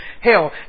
hell